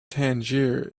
tangier